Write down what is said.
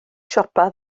siopa